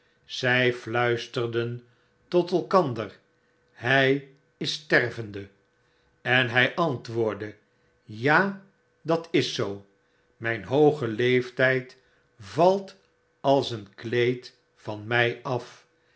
zy fluisterden tot elkander ry is stervenae en hy antwoordde ja dat is zoo myn hooge leeftijd valt als een kleed van my af